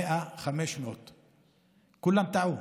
100, 500. כולם טעו.